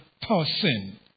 person